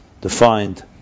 defined